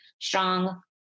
strong